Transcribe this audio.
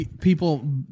people